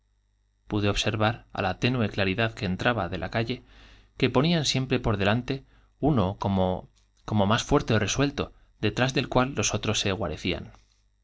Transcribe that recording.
pude observar á la tenue claridad que entraba de la calle que ponían siempre por delante uno como más fuerte ó resuelto detrás del cual los otros se guarecía